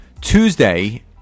Tuesday